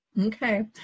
Okay